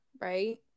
right